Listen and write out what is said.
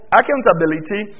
accountability